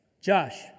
Josh